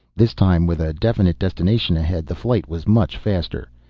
this time, with a definite destination ahead, the flight was much faster.